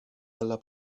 alla